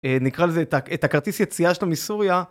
נקרא לזה את הכרטיס יציאה שלו מסוריה.